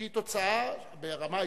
שהיא תוצאה מאוד מצערת ברמה אישית,